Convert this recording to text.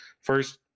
first